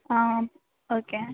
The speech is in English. okay